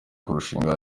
kurushinga